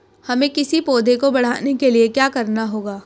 हमें किसी पौधे को बढ़ाने के लिये क्या करना होगा?